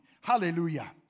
Hallelujah